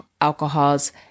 alcohols